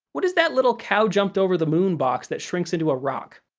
what is that little cow jumped over the moon box that shrinks into a rock?